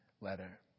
letter